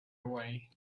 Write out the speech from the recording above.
away